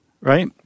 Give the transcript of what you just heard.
right